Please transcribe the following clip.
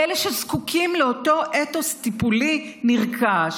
באלה שזקוקים לאותו אתוס טיפולי נרכש,